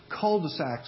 cul-de-sacs